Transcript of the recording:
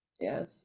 yes